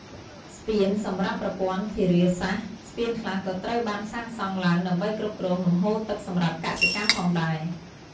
ស្ពានសម្រាប់ប្រព័ន្ធធារាសាស្រ្ត ស្ពានខ្លះក៏ត្រូវបានសាងសង់ឡើងដើម្បីគ្រប់គ្រងលំហូរទឹកសម្រាប់កសិកម្មផងដែរ។